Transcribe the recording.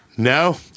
No